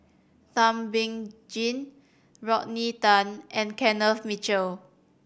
Thum Ping Tjin Rodney Tan and Kenneth Mitchell